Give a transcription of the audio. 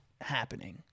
happening